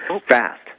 fast